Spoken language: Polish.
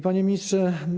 Panie Ministrze!